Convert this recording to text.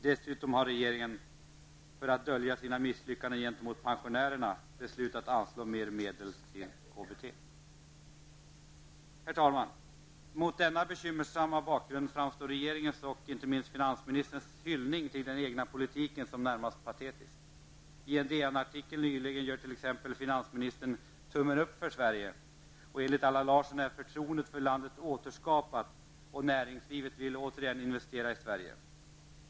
Dessutom har regeringen, för att dölja sina misslyckanden gentemot pensionärerna, beslutat att anslå mer medel till KBT. Herr talman! Mot denna bekymmersamma bakgrund framstår regeringens och inte minst finansministerns hyllning till den egna politiken som närmast patetiskt. I DN-artikeln nyligen gör finansministern ''tummen upp för Sverige''. Enligt Allan Larsson är förtroendet för landet återskapat och näringslivet vill återigen investera i Sverige.